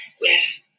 Yes